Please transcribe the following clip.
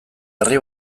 herri